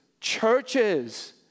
churches